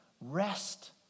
rest